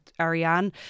Ariane